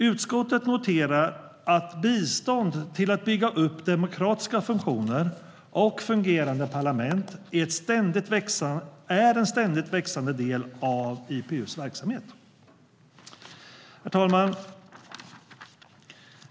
Utskottet noterar att bistånd till att bygga upp demokratiska funktioner och fungerande parlament är en ständigt växande del av IPU:s verksamhet. Herr talman!